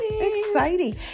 exciting